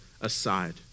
aside